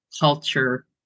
culture